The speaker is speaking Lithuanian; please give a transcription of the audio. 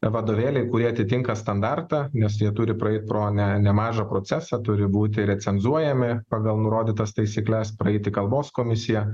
vadovėliai kurie atitinka standartą nes jie turi praeiti pro ne nemažą procesą turi būti recenzuojami pagal nurodytas taisykles praeiti kalbos komisiją